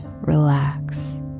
relax